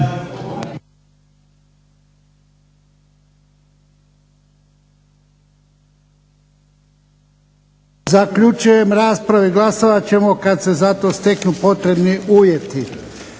Zaključujem raspravu i glasovat ćemo kad se za to steknu potrebni uvjeti.